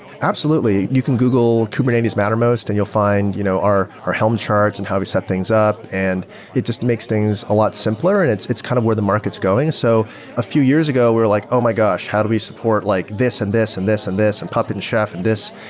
absolutely. you can google kubernetes mattermost and you'll fi nd you know our our helm charts and how we set things up. it just makes things a lot simpler and it's it's kind of where the market is going. so a few years ago we're like, oh my gosh! how do we support like this and this and this and this and puppet and chef and this?